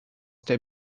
der